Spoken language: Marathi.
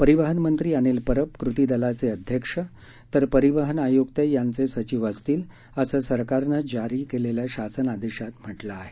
परीवहन मंत्री अनिल परब कृतीदलीचे अध्यक्ष तर परिवहन आयुक्त याचे सचिव असतील असं सरकारनं जारी केलेल्या शासन आदेशआत म्हटलं आहे